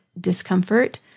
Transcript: discomfort